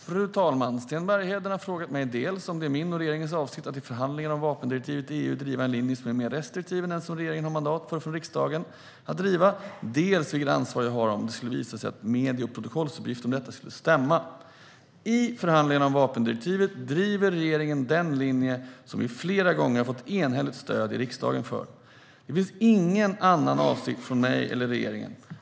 Fru talman! Sten Bergheden har frågat mig dels om det är min och regeringens avsikt att i förhandlingarna om vapendirektivet i EU driva en linje som är mer restriktiv än den som regeringen har mandat för från riksdagen att driva, dels vilket ansvar jag har om det skulle visa sig att medie och protokollsuppgifter om detta skulle stämma. I förhandlingarna om vapendirektivet driver regeringen den linje som vi flera gånger fått enhälligt stöd i riksdagen för. Det finns ingen annan avsikt från mig eller regeringen.